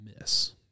miss